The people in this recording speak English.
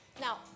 Now